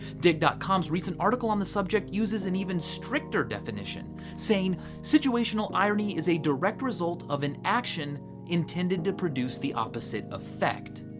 dig com's recent article on the subject uses an even stricter definition, saying situational irony is a direct result of an action intended to produce the opposite effect.